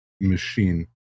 machine